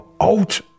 out